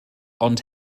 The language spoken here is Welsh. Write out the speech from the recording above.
ond